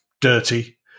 dirty